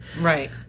Right